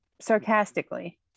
sarcastically